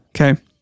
Okay